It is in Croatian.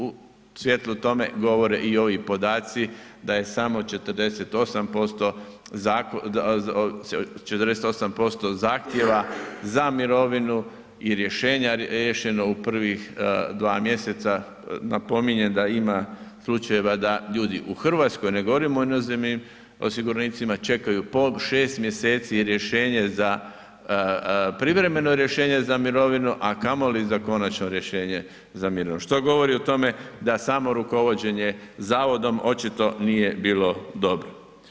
U svjetlu tome govore i ovi podaci da je samo 48% zahtjeva za mirovinu i rješenja riješeno u prvih 2 mj., napominjem da ima slučajeva da ljudi u Hrvatskoj, ne govorimo inozemnim osiguranicima, čekaju po 6 mj. rješenje za privremeno rješenje za mirovinu a kamoli za konačno rješenje za mirovinu što govori o tome da samo rukovođenje zavodom očito nije bilo dobro.